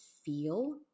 feel